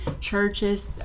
churches